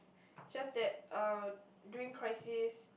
just that uh during crisis